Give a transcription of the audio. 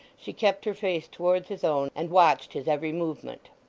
she kept her face towards his own, and watched his every movement.